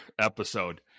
episode